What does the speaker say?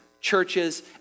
churches